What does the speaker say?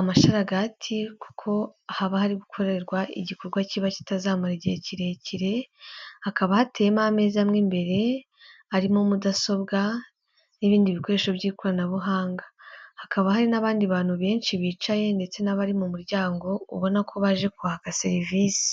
amasharagati kuko haba hari gukorerwa igikorwa kiba kitazamara igihe kirekire, hakaba hateyemo ameza mo imbere, harimo mudasobwa n'ibindi bikoresho by'ikoranabuhanga. Hakaba hari n'abandi bantu benshi bicaye ndetse n'abari mu muryango, ubona ko baje kwaka serivisi.